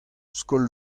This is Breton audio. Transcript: skol